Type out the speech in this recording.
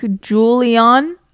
Julian